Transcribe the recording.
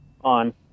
on